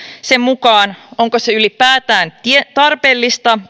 sen mukaan onko se ylipäätään tarpeellista